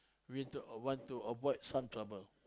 we don't or want to avoid some trouble